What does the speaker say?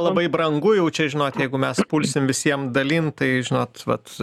labai brangu jau čia žinot jeigu mes pulsim visiem dalint tai žinot vat